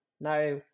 now